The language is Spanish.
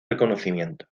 reconocimiento